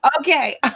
Okay